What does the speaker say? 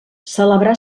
celebrà